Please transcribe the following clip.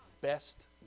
best